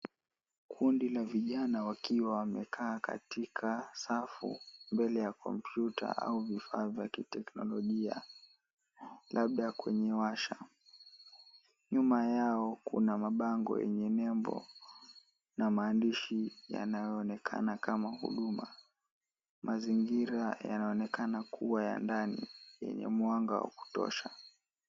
Kundi la vijana wakiwa wamekaa katika safu mbele ya komputa au vifaa vya kiteknolojia labda kwenye washa. Nyuma yao kuna mabango yenye nembo na maandishi yanayoonekana kama huduma. Mazingira yanaonekana kuwa ya ndani yenye mwanga wa kutosha.